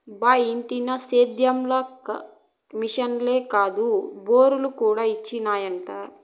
బా ఇంటినా సేద్యం ల మిశనులే కాదు రోబోలు కూడా వచ్చినయట